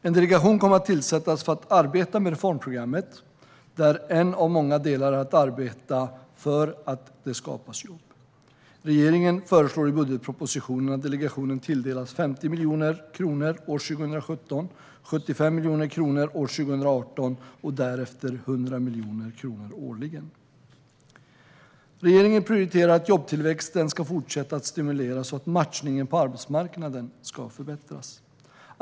En delegation kommer att tillsättas för att arbeta med reformprogrammet där en av många delar är att arbeta för att skapa jobb. Regeringen föreslår i budgetpropositionen att delegationen tilldelas 50 miljoner kronor 2017, 75 miljoner kronor 2018 och därefter 100 miljoner kronor årligen. Regeringen prioriterar att jobbtillväxten ska fortsätta att stimuleras och att matchningen på arbetsmarknaden ska förbättras.